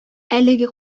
әлеге